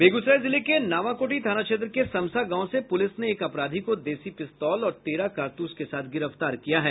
बेगूसराय जिले के नावाकोठी थाना क्षेत्र के समसा गांव से पुलिस ने एक अपराधी को देसी पिस्तौल और तेरह कारतूस के साथ गिरफ्तार किया है